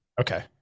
Okay